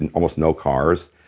and almost no cars.